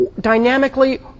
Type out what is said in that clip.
dynamically